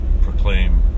proclaim